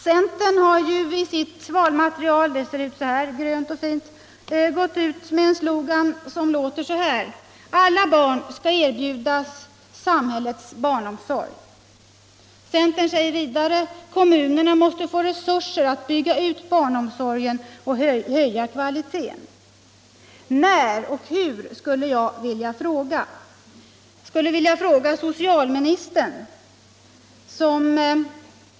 Centern har i sitt valmaterial, som jag har i min hand — det är som kammarens ledamöter kan se grönt och fint — gått ut med en slogan som låter så här: Alla skall erbjudas samhällets barnomsorg. Centern säger vidare: Kommunerna måste få resurser att bygga ut barnomsorgen och höja kvaliteten. När och hur, skulle jag vilja fråga socialministern.